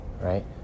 right